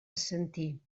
assentir